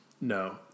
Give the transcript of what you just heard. No